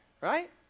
right